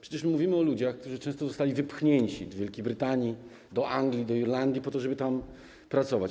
Przecież mówimy o ludziach, którzy często zostali wypchnięci do Wielkiej Brytanii, Anglii, Irlandii po to, żeby tam pracować.